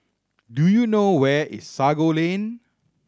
do you know where is Sago Lane